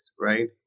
Right